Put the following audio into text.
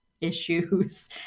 issues